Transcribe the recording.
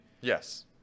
Yes